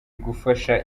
gufasha